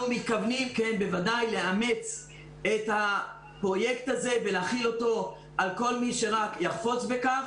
אנחנו מתכוונים לאמץ את הפרויקט הזה ולהחיל אותו על כל מי שיחפוץ בכך.